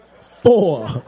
four